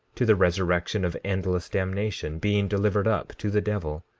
to the resurrection of endless damnation, being delivered up to the devil,